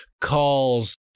calls